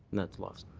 that's loss.